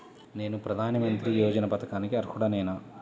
నేను ప్రధాని మంత్రి యోజన పథకానికి అర్హుడ నేన?